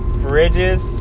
fridges